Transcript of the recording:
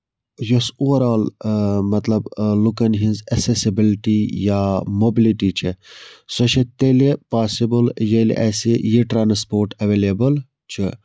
یۄس overall مطلب لُکَن ہِنز اٮ۪سیسِبِلٹی یا موبلٹی چھےٚ سۄ چھےٚ تیٚلہِ پوسِبٔل ییٚلہِ اَسہِ یہِ ٹرانَسپورٹ اٮ۪وٮ۪لیبٔل چھُ